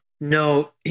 No